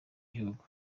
gihugu